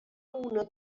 una